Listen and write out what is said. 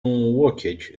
łokieć